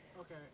okay